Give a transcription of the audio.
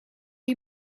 you